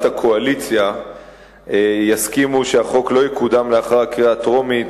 הקואליציה יסכימו שהחוק לא יקודם לאחר הקריאה הטרומית,